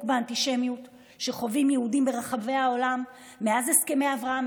באנטישמיות שחווים יהודים ברחבי העולם מאז הסכמי אברהם,